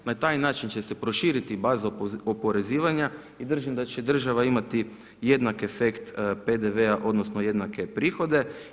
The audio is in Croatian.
Na taj način će se proširiti baza oporezivanja i držim da će država imati jednaki efekt PDV-a odnosno jednake prihode.